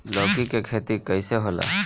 लौकी के खेती कइसे होला?